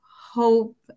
hope